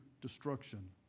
destruction